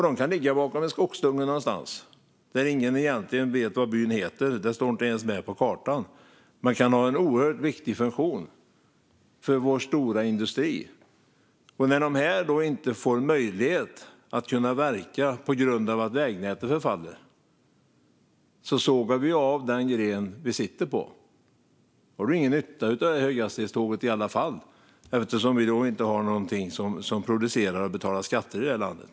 De kan ligga bakom en skogsdunge någonstans, i en by som ingen vet vad den heter och som inte ens står med på kartan, men de kan ha en oerhört viktig funktion för vår stora industri. När de inte får möjlighet att verka på grund av att vägnätet förfaller sågar vi av den gren vi sitter på. Då har vi ingen nytta av höghastighetståget i alla fall, eftersom vi då inte har någon som producerar och betalar skatter i det här landet.